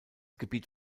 gebiet